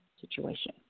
situation